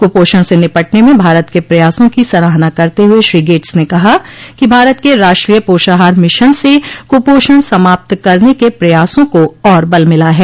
कुपोषण से निपटने में भारत के प्रयासों की सराहना करते हुए श्री गेट्स ने कहा कि भारत के राष्ट्रीय पोषाहार मिशन से कुपोषण समाप्त करने के प्रयासों को और बल मिला है